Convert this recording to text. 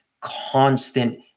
constant